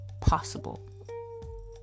possible